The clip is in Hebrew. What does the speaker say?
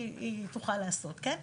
היא תוכל לעשות כן.